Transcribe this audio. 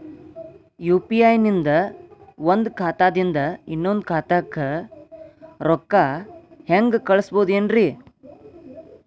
UPI ನಿಂದ ಒಂದ್ ಖಾತಾದಿಂದ ಇನ್ನೊಂದು ಖಾತಾಕ್ಕ ರೊಕ್ಕ ಹೆಂಗ್ ಕಳಸ್ಬೋದೇನ್ರಿ?